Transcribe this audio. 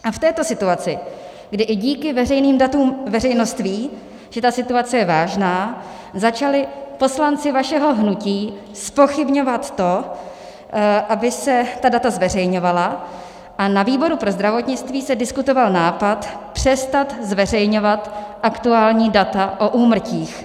A v této situaci, kdy i díky veřejným datům veřejnost ví, že situace je vážná, začali poslanci vašeho hnutí zpochybňovat to, aby se ta data zveřejňovala, a na výboru pro zdravotnictví se diskutoval nápad přestat zveřejňovat aktuální data o úmrtích.